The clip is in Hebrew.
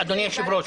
אדוני היושב-ראש,